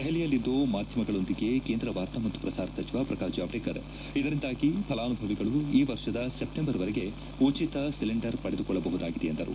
ದೆಹಲಿಯಲ್ಲಿಂದು ಮಾಧ್ಯಮಗಳೊಂದಿಗೆ ಕೇಂದ್ರ ವಾರ್ತಾ ಮತ್ತು ಪ್ರಸಾರ ಸಚಿವ ಪ್ರಕಾಶ್ ಜಾವಡೇಕರ್ ಇದರಿಂದಾಗಿ ಫಲಾನುಭವಿಗಳು ಈ ವರ್ಷದ ಸೆಪ್ಟೆಂಬರ್ ವರೆಗೆ ಉಚಿತ ಸಿಲೆಂಡರ್ ಪಡೆದುಕೊಳ್ಳಬಹುದಾಗಿದೆ ಎಂದರು